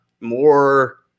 more